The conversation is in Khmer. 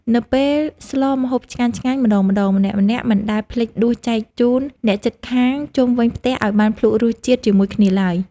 នៅពេលស្លម្ហូបឆ្ងាញ់ៗម្ដងៗ ម្នាក់ៗមិនដែលភ្លេចដួសចែកជូនអ្នកជិតខាងជុំវិញផ្ទះឱ្យបានភ្លក់រសជាតិជាមួយគ្នាឡើយ។